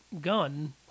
gun